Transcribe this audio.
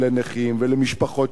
ולמשפחות שכולות,